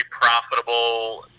profitable